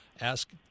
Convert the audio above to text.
ask